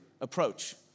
approach